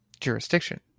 jurisdiction